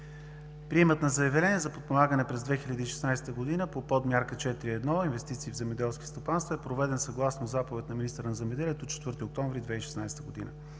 приемът на заявления за подпомагане през 2016 г. по подмярка 4.1 „Инвестиции в земеделски стопанства“ е проведен съгласно заповед на министъра на земеделието от 4 октомври 2016 г.